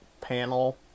panel